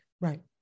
Right